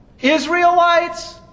Israelites